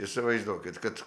įsivaizduokit kad